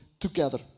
together